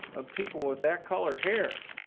of people with that color hair.